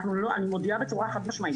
אני מודיעה בצורה חד משמעית,